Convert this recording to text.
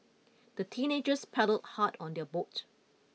the teenagers paddled hard on their boat